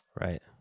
right